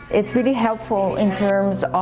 it's really helpful in terms